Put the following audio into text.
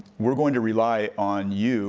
we're going to rely on you